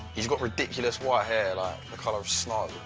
he's got ridiculous white hair, like the colour of snow.